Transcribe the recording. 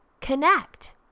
connect